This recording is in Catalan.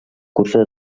curses